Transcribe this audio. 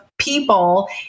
People